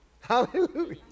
Hallelujah